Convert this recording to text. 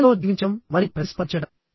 క్షణంలో జీవించడం మరియు ప్రతిస్పందించడం